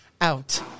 out